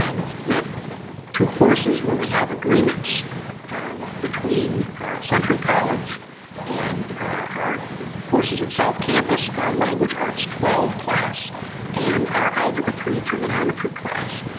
um we have two courses where we have agreements between century college and our courses at south campus, our language arts twelve class and our algebra three trigonometry class.